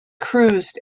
cruised